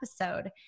episode